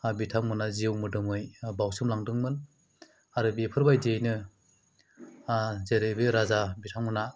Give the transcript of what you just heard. ओर बिथांमोना जिउ मोदोमै बावसोमलांदोंमोन आरो बेफोरबायदियैनो जेरै बे राजा बिथांमोना